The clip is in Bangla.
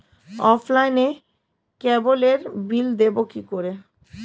অফলাইনে ক্যাবলের বিল দেবো কি করে?